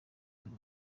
buri